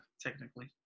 technically